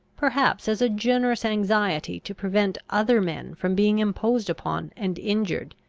perhaps as a generous anxiety to prevent other men from being imposed upon and injured,